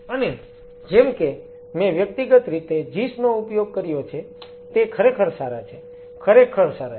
અને જેમ કે મેં વ્યક્તિગત રીતે ઝીસ નો ઉપયોગ કર્યો છે તે ખરેખર સારા છે ખરેખર સારા છે